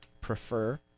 prefer